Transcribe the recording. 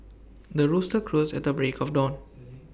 the rooster crows at the break of dawn